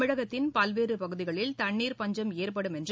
தமிழகத்தின் பல்வேறு பகுதிகளில் தண்ணீர் பஞ்சும் ஏற்படும் என்று